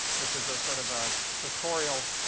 which is a sort of a tutorial,